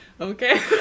Okay